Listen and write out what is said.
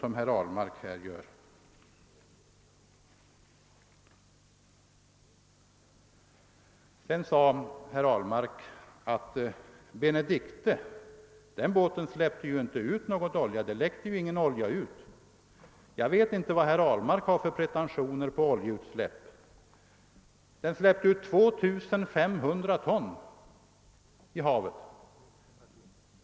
Sedan sade herr Ahlmark att det inte läckte ut någon olja från »Benedichte«. Jag vet inte vad herr Ahlmark har för pretentioner på oljeutsläpp. Den släppte ut 2 500 ton olja i havet!